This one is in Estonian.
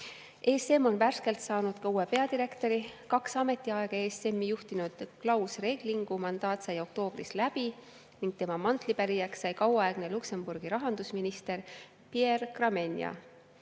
on värskelt saanud ka uue peadirektori. Kaks ametiaega ESM-i juhtinud Klaus Reglingu mandaat sai oktoobris läbi ning tema mantlipärijaks sai kauaaegne Luksemburgi rahandusminister Pierre Gramegna. ESM